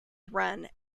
run